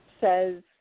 says